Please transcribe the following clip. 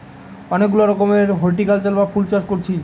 অনেক গুলা রকমের হরটিকালচার বা ফুল চাষ কোরছি